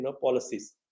policies